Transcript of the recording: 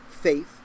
faith